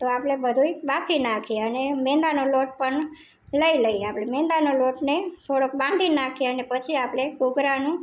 તો આપણે બધુંય બાફી નાખીએ અને મેદાનો લોટ પણ લઈ લઈએ આપણે મેંદાનો લોટને થોડોક બાંધી નાખીએ અને પછી આપણે કોપરાનું